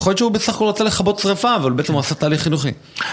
יכול להיות שהוא בסך הכול רצה לכבות שריפה, אבל בעצם הוא עשה תהליך חינוכי.